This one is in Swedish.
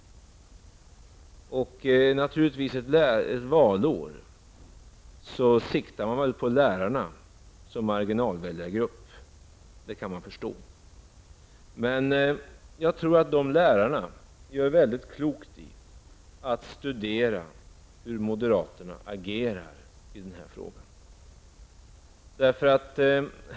När det är valår siktar man naturligtvis in sig på lärarna som en marginalväljargrupp, och det kan jag förstå. Men jag tror att lärarna gör mycket klokt i att studera hur moderaterna agerar i den här frågan.